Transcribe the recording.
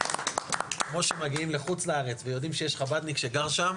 כמו שמגיעים לחו"ל ויודעים שיש חב"דניק שגר שם,